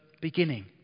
beginning